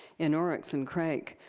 in oryx and crake,